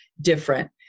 different